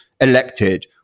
elected